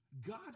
God